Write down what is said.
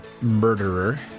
murderer